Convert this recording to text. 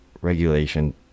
regulation